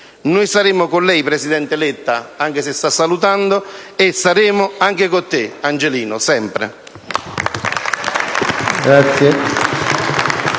Noi saremo con lei, presidente Letta (anche se sta salutando) e saremo anche con te, Angelino, sempre.